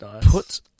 put